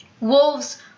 wolves